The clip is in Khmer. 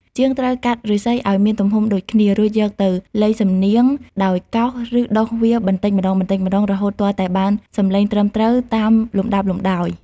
ជាងត្រូវកាត់ឫស្សីឱ្យមានទំហំដូចគ្នា រួចយកទៅលៃសំនៀងដោយកោស ឬដុសវាបន្តិចម្ដងៗ រហូតទាល់តែបានសំឡេងត្រឹមត្រូវតាមលំដាប់លំដោយ។